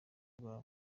bwabo